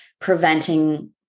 preventing